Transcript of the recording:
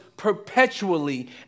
perpetually